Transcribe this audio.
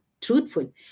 truthful